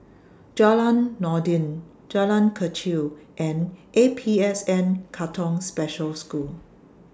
Jalan Noordin Jalan Kechil and A P S N Katong Special School